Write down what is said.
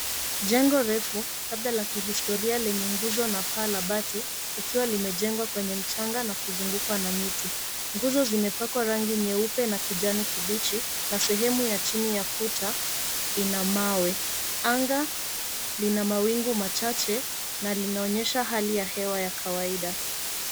Jengo refu labda la kihistoria lenye nguzo na paa la bati, likiwa limejengwa kwenye mchanga na kuzungukwa na miti. Nguzo zimepakwa rangi nyeupe na kijani kibichi na sehemu ya chini ya kuta ina mawe. Anga lina mawingu machache na linaonyesha hali ya hewa ya kawaida.